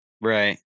Right